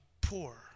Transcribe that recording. poor